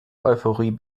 euphorie